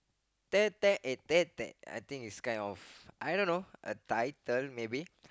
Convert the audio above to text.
there there uh there there I think is kind of a title I don't know maybe